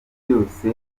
byose